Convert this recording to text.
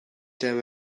them